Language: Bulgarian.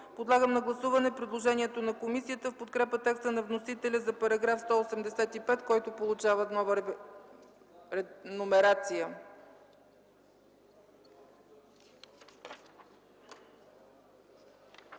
Подлагам на гласуване предложението на комисията в подкрепа текста на вносителя за § 113, който получава нова номерация